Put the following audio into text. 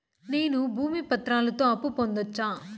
నేను భూమి పత్రాలతో అప్పు పొందొచ్చా?